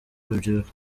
urubyiruko